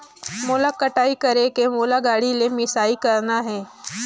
मोला कटाई करेके मोला गाड़ी ले मिसाई करना हे?